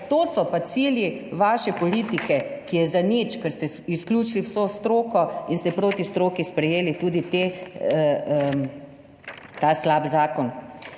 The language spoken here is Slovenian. To so pa cilji vaše politike, ki je za nič, ker ste izključili vso stroko in ste proti stroki sprejeli tudi ta slab zakon.